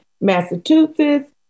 Massachusetts